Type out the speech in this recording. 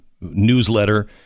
newsletter